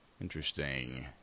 interesting